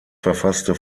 verfasste